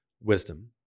wisdom